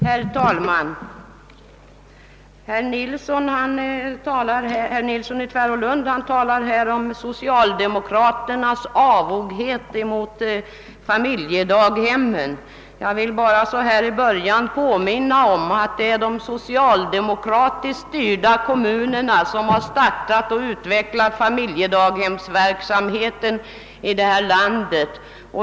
Herr talman! Herr Nilsson i Tvärålund talar här om socialdemokraternas avoghet mot familjedaghemmen. Jag vill bara nu i början av mitt anförande påminna om att det är de socialdemokratiskt styrda kommunerna som har startat och utvecklat familjedaghemsverksamheten i detta land.